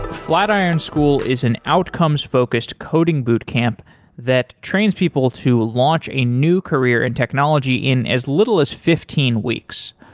flatiron school is an outcomes focused coding bootcamp that trains people to launch a new career in technology in as little as fifteen weeks.